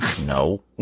no